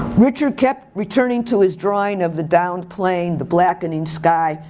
richard kept returning to his drawing of the downed plane, the blackening sky.